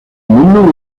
mündung